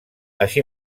així